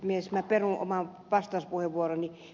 minä perun oman vastauspuheenvuoroni